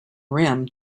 rim